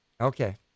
okay